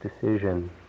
decision